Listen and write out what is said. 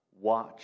Watch